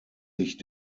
sich